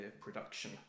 production